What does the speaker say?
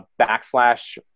backslash